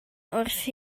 wrth